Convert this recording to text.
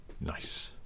Nice